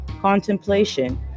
Contemplation